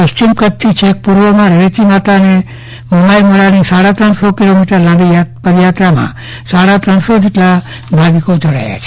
પશ્ચિમ કચ્છથી છેક પૂર્વમાં રવેચી માતાજી અને મોમાયમોરાની સાડા ત્રણસો કિલોમીટ લાંબી પદયાત્રામાં સાડા ત્રણસો જેટલા ભાવિકો જોડાય છે